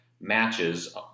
matches